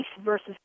versus